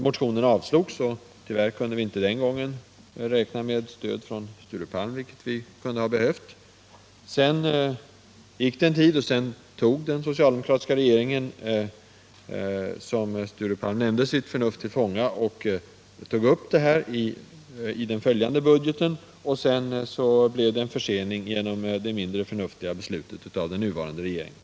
Motionen avslogs, och tyvärr kunde vi inte den gången räkna med stöd från Sture Palm, vilket vi hade behövt. Så gick det en tid, och sedan tog den socialdemokratiska regeringen, som Sture Palm nämnde, sitt förnuft till fånga och förde upp det här projektet i den följande budgeten. Därefter blev det en försening genom det mindre förnuftiga beslutet av den nuvarande regeringen.